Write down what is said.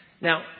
Now